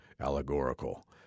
allegorical